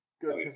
Good